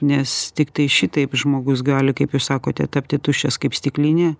nes tiktai šitaip žmogus gali kaip jūs sakote tapti tuščias kaip stiklinė